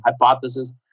hypothesis